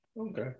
Okay